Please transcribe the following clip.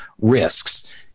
risks